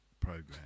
program